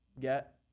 get